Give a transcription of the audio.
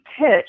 pitch